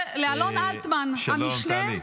-- שלום, טלי.